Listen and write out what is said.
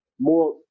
more –